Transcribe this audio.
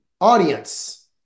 audience